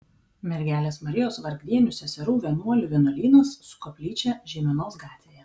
mergelės marijos vargdienių seserų vienuolių vienuolynas su koplyčia žeimenos gatvėje